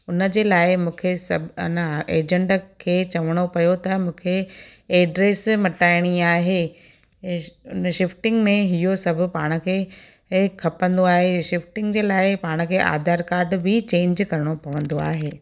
हुनजे लाइ मूंखे सभु अन एजंट खे चवणो पियो त मूंखे एड्रेस मटाइणी आहे हुन शिफ़्टिंग में इहो सभु पाण खे खपंदो आहे शिफ़्टिंग जे लाइ पाण खे आधार काड बि चेंज करिणो पवंदो आहे